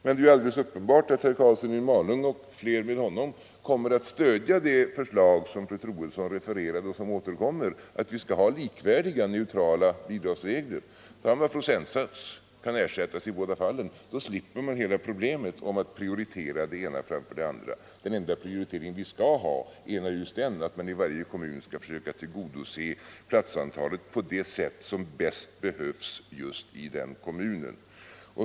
Men det är ju alldeles uppenbart att herr Karlsson i Malung och fler med honom kommer att stödja det förslag som fru Troedsson refererade och som återkommer, nämligen att vi skall ha likvärdiga, neutrala bidragsregler. Samma procentsats kan ersättas i båda fallen, och då slipper man hela problemet om att prioritera det ena framför det andra. Den enda prioritering vi skall göra är naturligtvis den att man i varje kommun skall försöka klara platsantalet på det sätt som bäst behövs i just den kommunen.